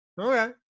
Okay